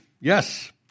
yes